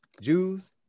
Jews